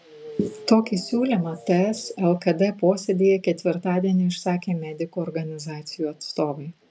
tokį siūlymą ts lkd posėdyje ketvirtadienį išsakė medikų organizacijų atstovai